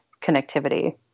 connectivity